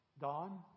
Don